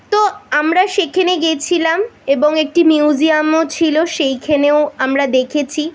তো আমরা সেখানে গেছিলাম এবং একটি মিউজিয়ামও ছিলো সেইখানেও আমরা দেখেছি